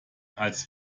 als